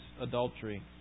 adultery